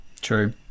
true